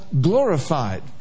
glorified